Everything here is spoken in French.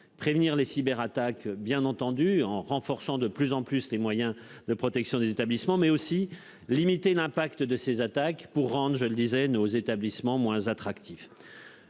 Prévenir les cyberattaques bien entendu en renforçant de plus en plus les moyens de protection des établissements mais aussi limiter l'impact de ces attaques pour rendre, je le disais, nos établissements moins attractif.